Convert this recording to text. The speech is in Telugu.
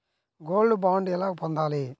గోల్డ్ బాండ్ ఎలా పొందాలి?